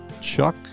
Chuck